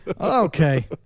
Okay